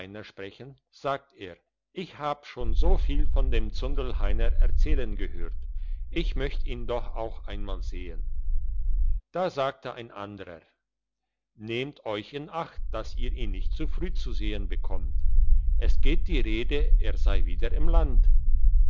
sprechen sagt er ich hab schon so viel von dem zundelheiner erzählen gehört ich möcht ihn doch auch einmal sehen da sagte ein anderer nehmt euch in acht dass ihr ihn nicht zu früh zu sehen bekommt es geht die rede er sei wieder im land